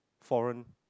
foreign